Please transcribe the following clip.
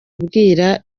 abwira